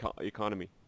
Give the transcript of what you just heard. economy